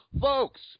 folks